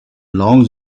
long